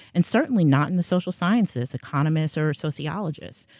and certainly not in the social sciences, economists or sociologists.